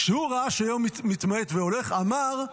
כשהוא ראה שהיום מתמעט והולך, "אמר: